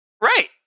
right